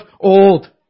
old